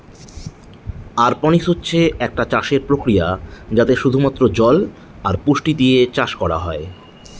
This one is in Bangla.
অরপনিক্স হচ্ছে একটা চাষের প্রক্রিয়া যাতে শুধু মাত্র জল আর পুষ্টি দিয়ে চাষ করা হয়